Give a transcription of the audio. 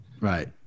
Right